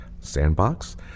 sandbox